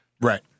right